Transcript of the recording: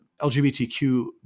LGBTQ